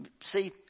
see